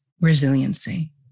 resiliency